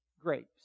grapes